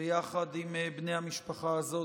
ויחד עם בני המשפחה הזאת,